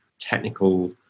technical